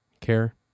care